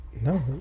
No